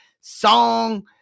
Song